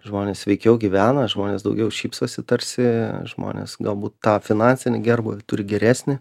žmonės sveikiau gyvena žmonės daugiau šypsosi tarsi žmonės galbūt tą finansinį gerbūvį turi geresnį